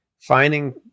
finding